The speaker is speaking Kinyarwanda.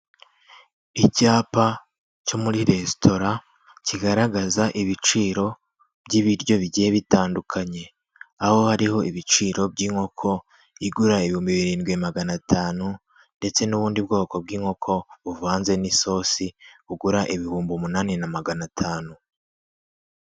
Icyapa cyo muri resitora kigaragaza ibiciro by'ibiryo bigiye bitandukanye. Aho hariho ibiciro by'inkoko igura ibihumbi birindwi magana atanu ndetse n'ubundi bwoko bw'inkoko buvanze n'isosi, bugura ibihumbi umunani na magana atanu.